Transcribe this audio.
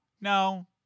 no